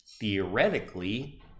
theoretically